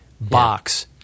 box